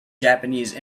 japanese